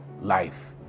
life